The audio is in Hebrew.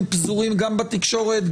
הם פזורים גם בתקשורת,